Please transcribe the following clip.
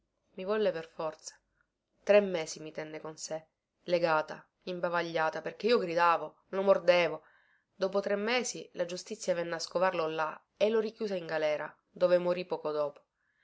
i volle per forza tre mesi mi tenne con sé legata imbavagliata perché io gridavo lo mordevo dopo tre mesi la giustizia venne a scovarlo là e lo richiuse in galera dove morì poco dopo